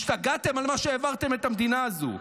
השתגעתם על מה שהעברתם את המדינה הזו.